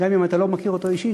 גם אם אתה לא מכיר אותו אישית,